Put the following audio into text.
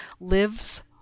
lives